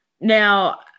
Now